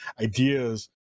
ideas